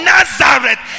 Nazareth